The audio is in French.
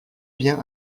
bien